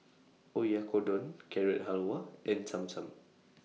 Oyakodon Carrot Halwa and Cham Cham